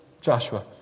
Joshua